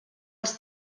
els